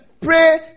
Pray